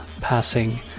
passing